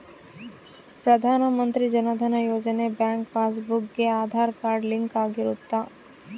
ಪ್ರಧಾನ Mantri Jan Dhan Yojana bank passbook ಗೆ Aadhaar card link ಆಗಿರುತ್ತ